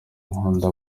nkunda